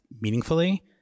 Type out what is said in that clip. meaningfully